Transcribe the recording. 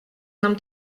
нам